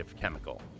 chemical